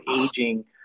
aging